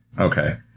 Okay